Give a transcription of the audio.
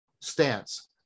stance